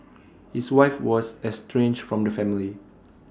his wife was estranged from the family